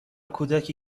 کودکی